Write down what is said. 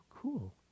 cool